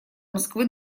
москвы